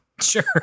Sure